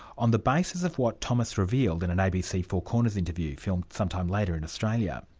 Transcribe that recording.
on the basis of what thomas revealed in an abc four corners interview, filmed some time later in australia.